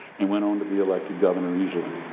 and went on to be elected governor easily.